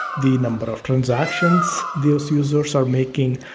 the number of transactions the users are making.